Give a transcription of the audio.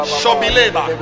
Shobileba